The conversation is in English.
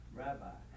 rabbi